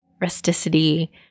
rusticity